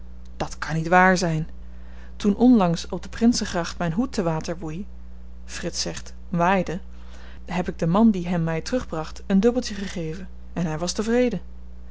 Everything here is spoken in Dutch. dat kan niet waar zyn toen onlangs op de prinsengracht myn hoed te water woei frits zegt waaide heb ik den man die hem my terugbracht een dubbeltje gegeven en hy was tevreden